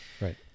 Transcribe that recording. Right